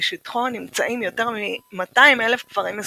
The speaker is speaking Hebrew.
ובשטחו נמצאים יותר מ-200,000 קברים מסומנים,